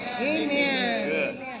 Amen